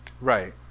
right